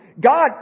God